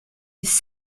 his